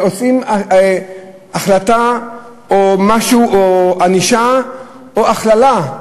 עושים החלטה או משהו או ענישה או הכללה,